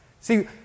See